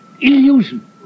illusion